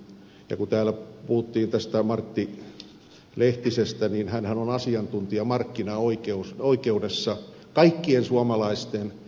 ja kun täällä puhuttiin tästä martti lehtisestä niin hänhän on asiantuntija markkinaoikeudessa kaikkien suomalaisten